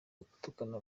gutukana